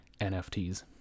nfts